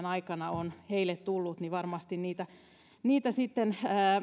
aikana on heille tullut varmasti sitten